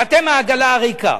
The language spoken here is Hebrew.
ואתם העגלה הריקה,